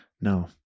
No